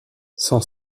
sans